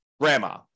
grandma